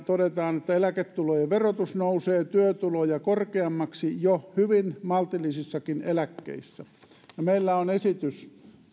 todetaan että eläketulojen verotus nousee työtuloja korkeammaksi jo hyvin maltillisissakin eläkkeissä no meillä on esitys